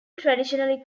traditionally